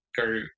go